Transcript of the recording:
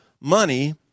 money